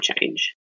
change